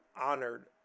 honored